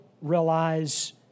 realize